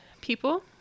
people